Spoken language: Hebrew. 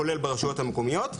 כולל ברשויות המקומיות.